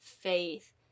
faith